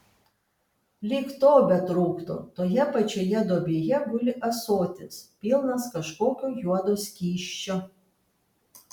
lyg to betrūktų toje pačioje duobėje guli ąsotis pilnas kažkokio juodo skysčio